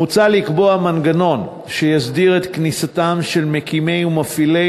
מוצע לקבוע מנגנון שיסדיר את כניסתם של מקימי ומפעילי